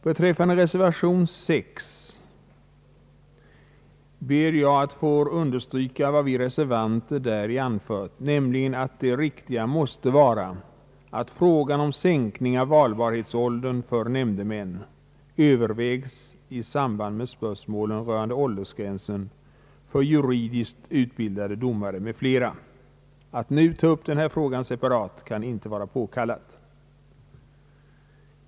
Beträffande reservation 6 ber jag att få understryka vad vi reservanter däri anfört, nämligen att det riktiga måste vara att frågan om sänkning av valbarhetsåldern för nämndemän övervägs i samband med spörsmålet rörande åldersgränsen för juridiskt utbildade domare m.fl. Att nu ta upp denna fråga separat kan inte vara påkallat.